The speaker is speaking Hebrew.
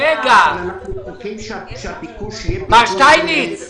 מר שטיינמץ,